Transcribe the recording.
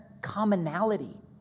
commonality